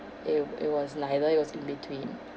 it it was neither it was in between